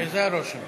זה הרושם.